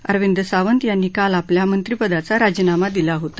अरविंद सावंत यांनी काल आपल्या मंत्रिपदाचा राजीनामा दिला होता